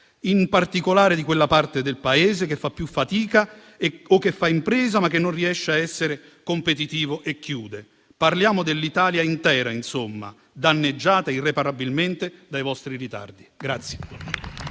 in particolare di quella parte del Paese che fa più fatica o che fa impresa, ma che non riesce a essere competitiva e chiude. Parliamo dell'Italia intera, insomma, danneggiata irreparabilmente dai vostri ritardi.